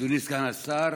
אדוני סגן השר,